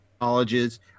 colleges